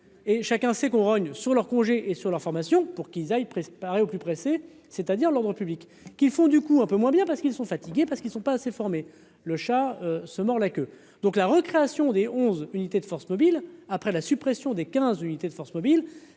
et chacun sait qu'on rogne sur leurs congés et sur leur formation pour qu'ils aillent presque parer au plus pressé, c'est-à-dire l'ordre public qui font du coup un peu moins bien parce qu'ils sont fatigués parce qu'ils ne sont pas assez formés, le chat se mord la queue, donc la recréation dès 11 unités de forces mobiles après la suppression des 15 unités de forces mobiles,